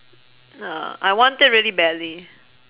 uh I want it really badly